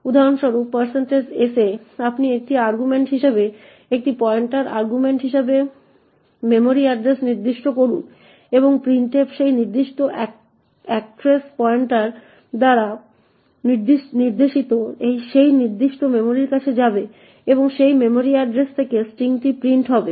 উদাহরণস্বরূপ s এ আপনি একটি আর্গুমেন্ট হিসাবে একটি পয়েন্টারের আর্গুমেন্ট হিসাবে একটি মেমরি এড্রেস নির্দিষ্ট করুন এবং printf সেই নির্দিষ্ট এক্ট্রেস পয়েন্টার দ্বারা নির্দেশিত সেই নির্দিষ্ট মেমরি কাছে যাবে এবং সেই মেমরি এড্রেস থেকে স্ট্রিংটি প্রিন্ট করবে